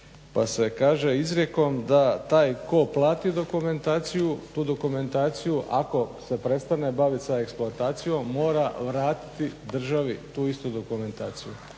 Pa se kaže izrijekom da taj tko plati dokumentaciju tu dokumentaciju ako se prestane baviti sa eksploatacijom moram vratiti državi tu istu dokumentaciju.